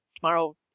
tomorrow